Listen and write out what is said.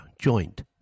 Joint